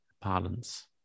parlance